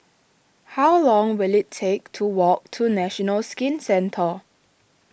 how long will it take to walk to National Skin Centre